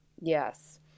Yes